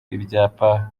ibyapa